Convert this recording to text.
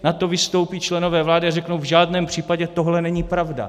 Nato vystoupí členové vlády a řeknou: v žádném případě tohle není pravda.